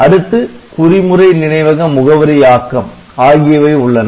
அடுத்து குறிமுறை நினைவக முகவரியாக்கம் ஆகியவை உள்ளன